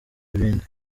ibindi